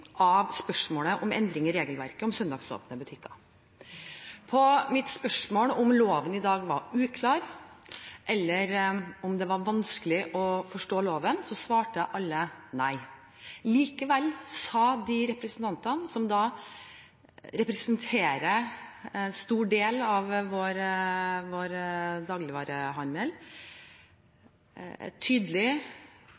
av spørsmålet om endring i regelverket for søndagsåpne butikker. På mitt spørsmål om loven i dag er uklar eller om det er vanskelig å forstå loven, svarte alle nei. Likevel uttrykte de representantene, som representerer en stor del av vår dagligvarehandel,